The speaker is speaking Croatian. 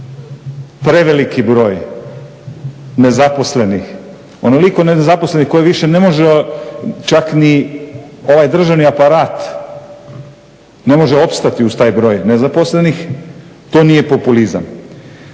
preveliki broj nezaposlenih, onoliko nezaposlenih koji više ne može čak ni ovaj državni aparat ne može opstati uz taj broj nezaposlenih to nije populizam.